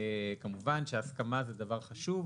כמובן שהסכמה זה דבר חשוב,